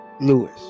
Lewis